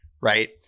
right